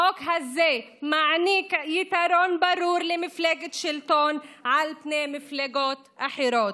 החוק הזה מעניק יתרון ברור למפלגת השלטון על פני מפלגות אחרות.